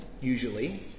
usually